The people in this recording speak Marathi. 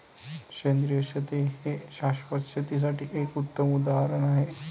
सेंद्रिय शेती हे शाश्वत शेतीसाठी एक उत्तम उदाहरण आहे